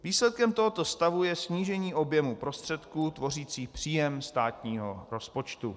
Výsledkem tohoto stavu je snížení objemu prostředků tvořících příjem státního rozpočtu.